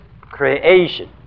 creation